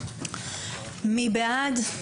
מי בעד?